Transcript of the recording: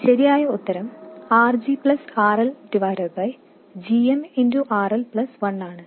ശരിയായ ഉത്തരം RG RL gmRL1 ആണ്